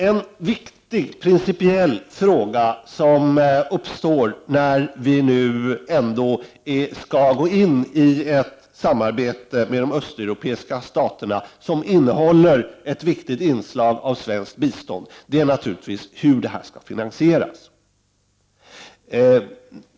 En viktig principiell fråga som uppstår när vi nu ändå skall gå in i ett samarbete med de östeuropeiska staterna, som innehåller ett viktigt inslag av svenskt bistånd, är naturligtvis hur det hela skall finansieras.